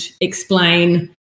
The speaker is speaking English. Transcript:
explain